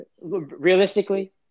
realistically